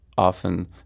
often